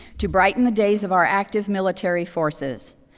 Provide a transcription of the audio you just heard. to brighten the days of our active military forces.